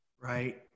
Right